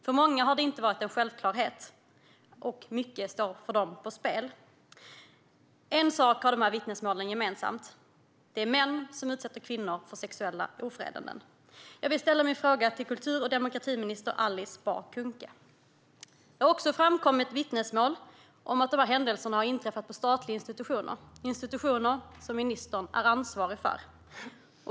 För många har det inte varit en självklarhet, och mycket står på spel för dem. En sak har vittnesmålen gemensamt: Det är män som utsätter kvinnor för sexuella ofredanden. Jag vill ställa min fråga till kultur och demokratiminister Alice Bah Kuhnke. Det har också framkommit vittnesmål om att sådana händelser har inträffat på statliga institutioner - institutioner som ministern ansvarar för.